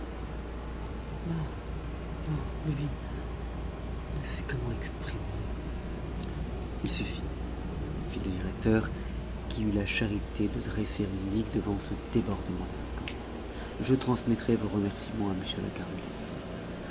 ne sais comment exprimer il suffit fit le directeur qui eut la charité de dresser une digue devant ce débordement d'éloquence je transmettrai vos remerciements à m le